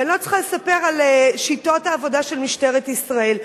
ואני לא צריכה לספר על שיטות העבודה של משטרת ישראל,